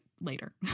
later